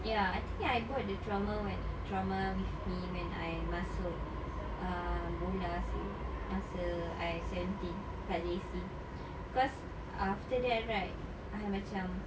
ya I think I brought the trauma when trauma with me when I masuk ah bola seh masa I seventeen kat J_C cause after that right I macam